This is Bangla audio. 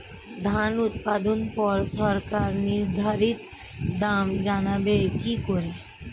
ধান উৎপাদনে পর সরকার নির্ধারিত দাম জানবো কি করে?